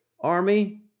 army